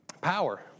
Power